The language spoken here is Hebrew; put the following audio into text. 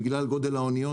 בגלל גודל האוניות,